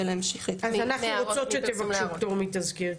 ולהמשיך --- אז אנחנו רוצות שתבקשו פטור מתזכיר,